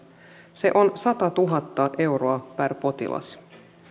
se on satatuhatta euroa per potilas